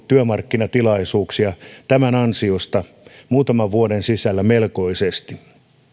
työmarkkinatilaisuuksia tämän ansiosta muutaman vuoden sisällä melkoisesti